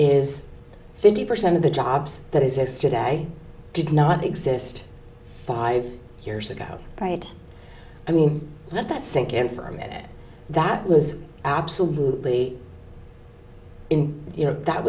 is fifty percent of the jobs that exist today did not exist five years ago right i mean let that sink in for a minute that was absolutely in you know that